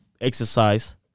exercise